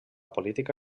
política